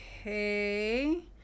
okay